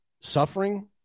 suffering